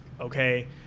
okay